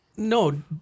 No